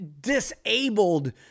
disabled